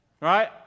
right